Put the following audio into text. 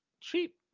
cheap